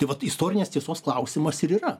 tai vat istorinės tiesos klausimas ir yra